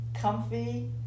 comfy